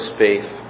faith